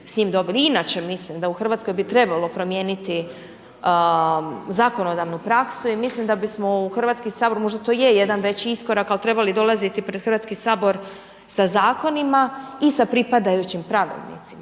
inače mislim da u Hrvatskoj bi trebalo promijeniti zakonodavnu praksu i mislim da bi smo u Hrvatski sabor, možda to je jedan veći iskorak ali trebali dolaziti pred Hrvatski sabor sa zakonima i sa pripadajućima pravilnicima